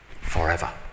forever